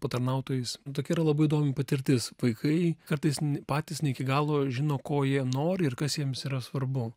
patarnautojais tokia yra labai įdomi patirtis vaikai kartais patys ne iki galo žino ko jie nori ir kas jiems yra svarbu